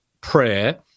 prayer